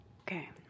Okay